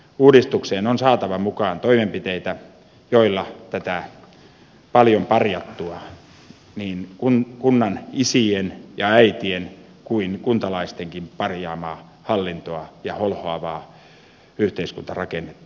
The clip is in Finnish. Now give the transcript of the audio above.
uudistukseen on saatava mukaan toimenpiteitä joilla tätä paljon parjattua niin kunnanisien ja äitien kuin kuntalaistenkin parjaamaa hallintoa ja holhoavaa yhteiskuntarakennetta puretaan